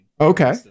Okay